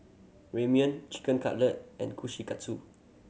Ramyeon Chicken Cutlet and Kushikatsu